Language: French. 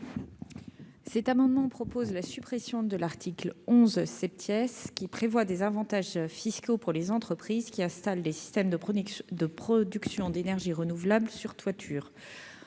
Cet amendement propose la suppression de l'article onze ces pièces qui prévoit des avantages fiscaux pour les entreprises qui installent des systèmes de production de production d'énergie renouvelable sur toiture